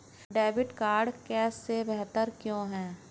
Debit card cash से बेहतर क्यों है?